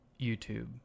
YouTube